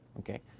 okay.